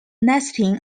nesting